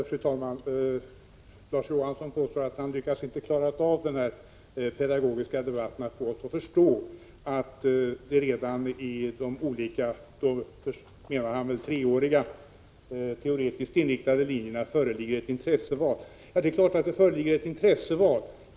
Fru talman! Larz Johansson påstår att han inte lyckas klara av den här pedagogiska debatten och få oss att förstå att det på de olika linjerna — jag förmodar att han avser de treåriga teoretiskt inriktade linjerna — redan föreligger ett intresseval. Ja, det är klart att det föreligger ett intresseval.